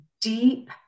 deep